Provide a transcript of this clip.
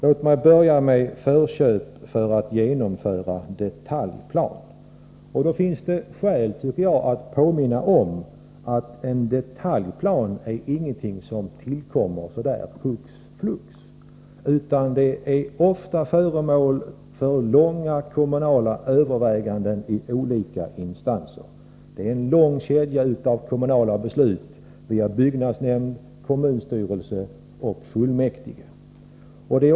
Låt mig börja med förköp för att genomföra detaljplan. Det finns skäl att påminna om att en detaljplan inte tillkommer hux-flux, utan den är ofta föremål för kommunala överväganden under lång tid i olika instanser. Det är en lång kedja av kommunala beslut via byggnadsnämnd, kommunstyrelse och fullmäktige.